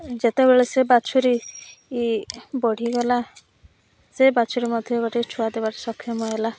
ଯେତେବେଳେ ସେ ବାଛୁରୀ ବଢ଼ିଗଲା ସେ ବାଛୁରୀ ମଧ୍ୟ ଗୋଟେ ଛୁଆ ଦେବାର ସକ୍ଷମ ହେଲା